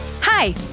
Hi